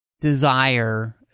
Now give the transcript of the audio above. desire